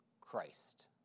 Christ